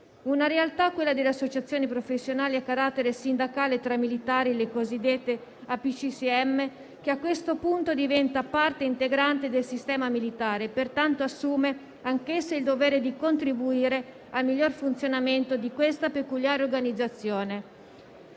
una realtà, quella delle associazioni professionali a carattere sindacale tra militari (le cosiddette APCSM), che a questo punto diventa parte integrante del sistema militare e pertanto assume anch'essa il dovere di contribuire al miglior funzionamento di questa peculiare organizzazione.